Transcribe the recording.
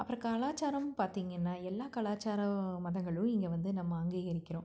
அப்புறம் கலாச்சாரம்னு பார்த்தீங்கன்னா எல்லா கலாச்சார மதங்களும் இங்கே வந்து நம்ம அங்கீகரிக்கின்றோம்